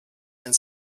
and